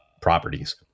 properties